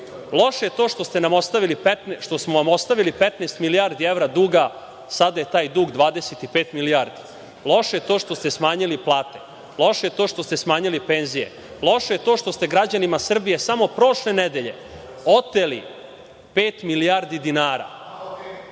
Loše je to što smo vam ostavili 15 milijardi evra duga, a sada je taj dug 25 milijardi. Loše je to što ste smanjili plate. Loše je to što ste smanjili penzije. Loše je to što ste građanima Srbije prošle nedelje oteli pet milijardi dinara,